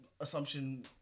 assumption